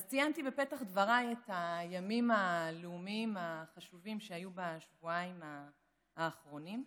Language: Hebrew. בפתח דבריי ציינתי את הימים הלאומים החשובים שהיו בשבועיים האחרונים,